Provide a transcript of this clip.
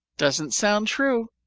doesn't sound true,